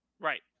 Right